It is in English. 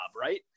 right